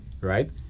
Right